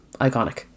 Iconic